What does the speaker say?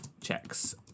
checks